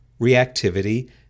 reactivity